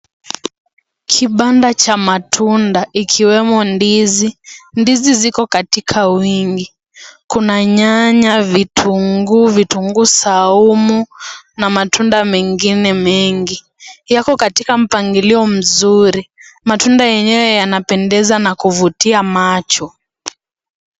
Kibanda cha matunda ikiwemo ndizi. Ndizi ziko katika wingi. Kuna nyanya, vitunguu, vitunguu saumu na matunda mengine mengi. Yako katika mpangilio mzuri. Matunda yenyewe yanapendeza na kuvutia macho.